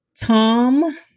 Tom